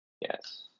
Yes